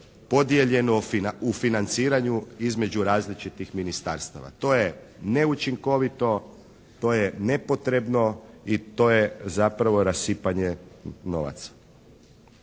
podijeljeno u financiranju između različitih ministarstava. To je neučinkovito, to je nepotrebno i to je zapravo rasipanje novaca.